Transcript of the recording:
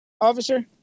officer